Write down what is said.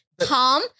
Tom